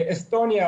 אסטוניה,